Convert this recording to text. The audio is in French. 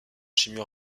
chimie